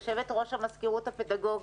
יושבת-ראש המזכירות הפדגוגית.